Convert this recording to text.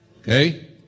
Okay